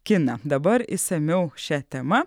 kiną dabar išsamiau šia tema